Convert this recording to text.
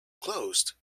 closed